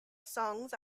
songs